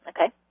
Okay